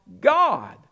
God